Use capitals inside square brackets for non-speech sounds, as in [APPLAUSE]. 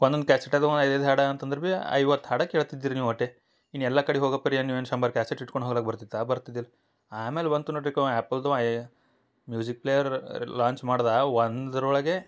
ಒನ್ನೊಂದು ಕ್ಯಾಸೆಟ್ ಅದಾವ ಐದು ಐದು ಹಾಡು ಅಂತಂದ್ರ ಬಿ ಐವತ್ತು ಹಾಡು ಕೇಳ್ತಿದ್ದೀರಿ ನೀವು ಅಟ್ಟೆ ಇನ್ನ ಎಲ್ಲಾ ಕಡೆ ಹೋಗೋ ಪರಿ ಏನು ನೀವು ಏನು [UNINTELLIGIBLE] ಕ್ಯಾಸೆಟ್ ಹಿಡ್ಕೊಂಡು ಹೊರಗೆ ಬರ್ತಿತ್ತು ಬರ್ತಿದಿಲ್ಲ ಆಮೇಲೆ ಬಂತು ನೋಡ್ರಿ ಆ್ಯಪಲ್ದು ಮ್ಯೂಸಿಕ್ ಪ್ಲೇಯರ್ ಲಾಂಚ್ ಮಾಡ್ದಾ ಒಂದ್ರ ಒಳಗೆ